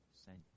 sent